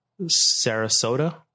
Sarasota